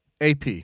AP